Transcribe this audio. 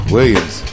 Williams